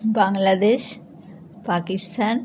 Bangladesh Pakistan